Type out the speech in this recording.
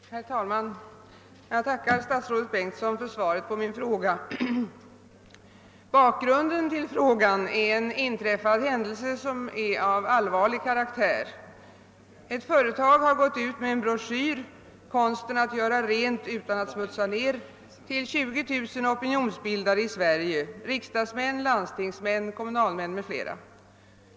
Herr talman! Jag tackar statsrådet Bengtsson för svaret på min fråga. Bakgrunden är en händelse av allvarlig karaktär. Ett företag har sänt ut en broschyr >»Konsten att göra rent utan att smutsa ner» till 20000 opinionsbildare i Sverige — riksdagsmän, landstingsmän, kommunalmän m.fl.